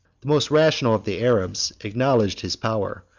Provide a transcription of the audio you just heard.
the most rational of the arabs acknowledged his power,